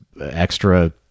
extra